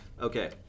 Okay